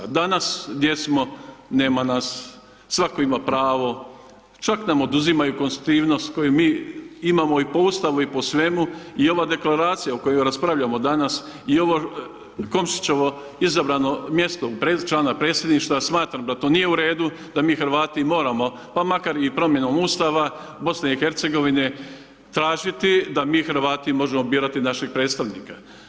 Danas gdje smo, nema nas, svatko ima pravo, čak nam oduzimaju konstativnost koju mi imamo i postavu i po svemu i ova Deklaracija o kojoj raspravljamo danas i ovo Komšićevo izabrano mjesto člana predsjedništva smatram da to nije u redu, da mi Hrvati moramo, pa makar i promjenom Ustava BiH tražiti da mi Hrvati možemo birati našeg predstavnika.